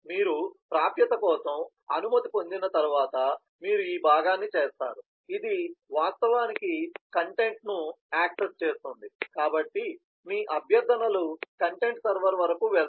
మీరు ప్రాప్యత కోసం అనుమతి పొందిన తర్వాత మీరు ఈ భాగాన్ని చేస్తారు ఇది వాస్తవానికి కంటెంట్ను యాక్సెస్ చేస్తుంది కాబట్టి మీ అభ్యర్థనలు కంటెంట్ సర్వర్ వరకు వెళ్తాయి